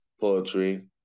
poetry